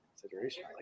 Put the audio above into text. consideration